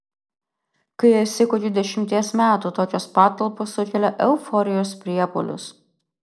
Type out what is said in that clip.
kai esi kokių dešimties metų tokios patalpos sukelia euforijos priepuolius